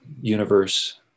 universe